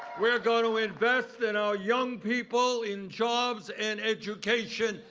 we are going to invest in our young people in jobs and education,